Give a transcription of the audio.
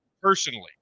personally